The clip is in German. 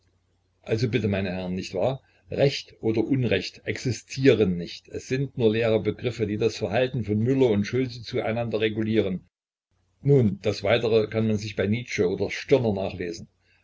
also bitte meine herren nicht wahr recht oder unrecht existieren nicht es sind nur leere begriffe die das verhalten von müller und schulze zu einander regulieren nun das weitere kann man sich bei nietzsche oder stirner nachlesen